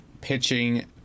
pitching